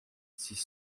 six